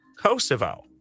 Kosovo